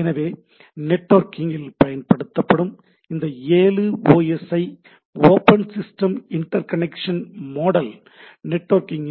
எனவே நெட்வொர்க்கிங் இல் பயன்படுத்தப்படும் இந்த ஏழு OSI open system interconnection model நெட்வொர்க்கின்